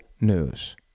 news